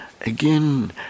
again